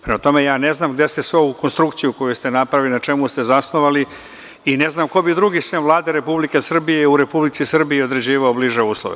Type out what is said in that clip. Prema tome, ja ne znam gde ste svu ovu konstrukciju, koju ste napravili, na čemu ste zasnovali, i ne znam ko bi drugi, sem Vlade Republike Srbije u Republici Srbiji, određivao bliže uslove.